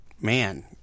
Man